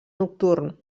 nocturn